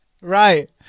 Right